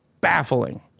baffling